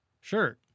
Sure